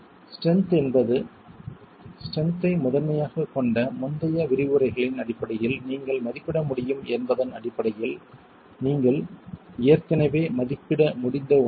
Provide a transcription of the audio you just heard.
strength என்பது strength ஐ முதன்மையாகக் கொண்ட முந்தைய விரிவுரைகளின் அடிப்படையில் நீங்கள் மதிப்பிட முடியும் என்பதன் அடிப்படையில் நீங்கள் ஏற்கனவே மதிப்பிட முடிந்த ஒன்று